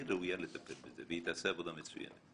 ראויה לטפל בזה והיא תעשה עבודה מצוינת.